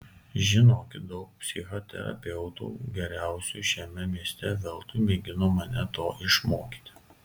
žinokit daug psichoterapeutų geriausių šiame mieste veltui mėgino mane to išmokyti